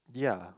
yeah